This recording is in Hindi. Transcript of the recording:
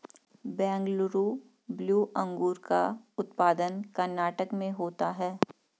बेंगलुरु ब्लू अंगूर का उत्पादन कर्नाटक में होता है